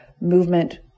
movement